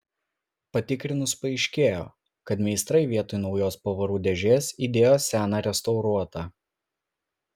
patikrinus paaiškėjo kad meistrai vietoj naujos pavarų dėžės įdėjo seną restauruotą